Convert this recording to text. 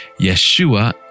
Yeshua